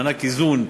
מענק איזון,